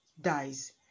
dies